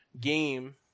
game